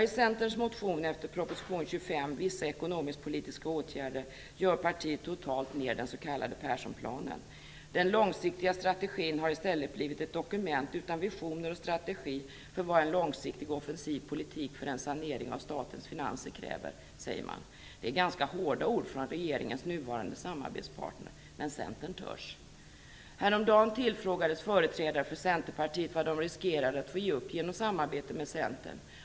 I Centerns motion till proposition 25, Vissa ekonomisk-politiska åtgärder, gör partiet totalt ned den s.k. Perssonplanen. "Den långsiktiga strategin har - blivit ett dokument utan visioner och strategi för vad en långsiktig offensiv politik för en sanering av statens finanser kräver", säger man. Det är ganska hårda ord från regeringens nuvarande samarbetspartner. Men Centern törs! Häromdagen tillfrågades företrädare för Centerpartiet vad de riskerade att få ge upp genom samarbetet med Socialdemokraterna.